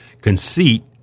conceit